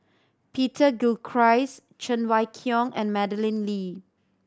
Peter Gilchrist Cheng Wai Keung and Madeleine Lee